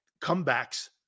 comebacks